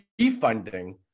refunding